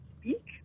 speak